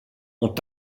ont